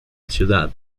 ciudad